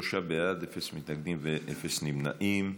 שלושה בעד, אפס מתנגדים ואפס נמנעים.